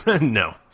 No